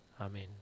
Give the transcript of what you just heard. Amen